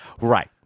Right